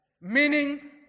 meaning